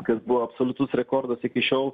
kas buvo absoliutus rekordas iki šiol